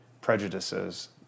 prejudices